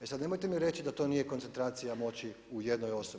E sad nemojte mi reći da to nije koncentracija moći u jednoj osobi.